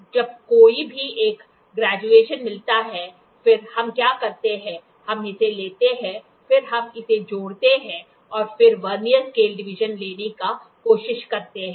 जब कोई भी एक ग्रैजुएशन मिलता है फिर हम क्या करते हैं हम इसे लेते हैं फिर हम इसे जोड़ते हैं और फिर वर्नियर स्केल डिवीजन लेने की कोशिश करते हैं